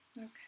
Okay